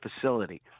facility